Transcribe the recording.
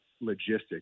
logistics